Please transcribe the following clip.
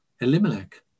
Elimelech